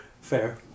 Fair